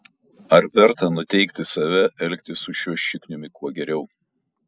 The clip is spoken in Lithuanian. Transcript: ar verta nuteikti save elgtis su šiuo šikniumi kuo geriau